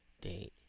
date